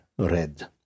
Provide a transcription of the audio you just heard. red